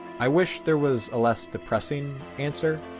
i wish there was a less depressing answer.